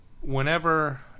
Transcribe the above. whenever